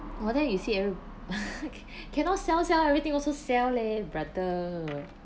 but then you said cannot sell sell everything also sell leh brother